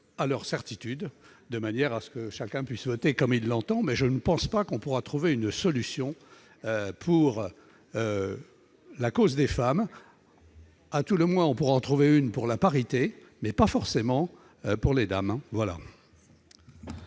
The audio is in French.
à ses certitudes et libre de voter comme il l'entend. Je ne crois pas que l'on pourra trouver une solution pour la cause des femmes. À tout le moins, on pourra en trouver une pour la parité, mais pas forcément pour les dames.